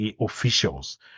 officials